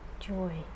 joy